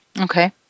Okay